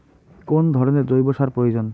কোন ধরণের জৈব সার প্রয়োজন?